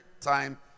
time